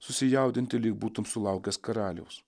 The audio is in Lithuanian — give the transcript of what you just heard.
susijaudinti lyg būtum sulaukęs karaliaus